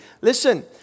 Listen